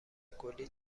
کلی